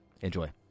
Enjoy